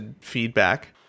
feedback